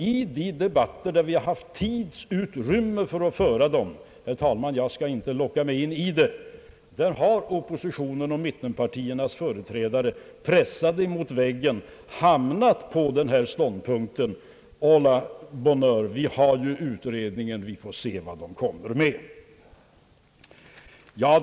I de debatter där det funnits tillräck ligt tidsutrymme — jag skall inte nu låta mig lockas in i någon längre debatt, herr talman — har oppositionen och mittenpartiernas företrädare, pressade emot väggen, hamnat i ståndpunkten: å la bonne heure, utredningen pågår, vi får se vad den kan komma fram till!